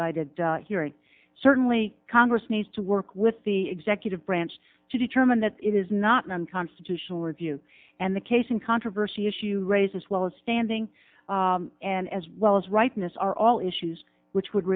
d hearing certainly congress needs to work with the executive branch to determine that it is not an unconstitutional review and the case in controversy issue raised as well as standing and as well as rightness are all issues which would